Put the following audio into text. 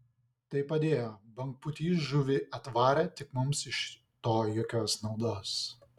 tai padėjo bangpūtys žuvį atvarė tik mums iš to jokios naudos